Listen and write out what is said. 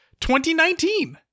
2019